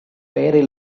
very